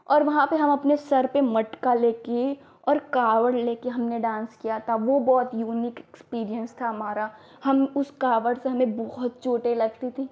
और वहाँ पर हमने अपने सिर पर मटका लेकर और काँवड़ लेकर हमने डान्स किया था वह बहुत यूनिक एक्सपीरिएन्स था हमारा हम उस काँवड़ से हमें बहुत चोटें लगती थीं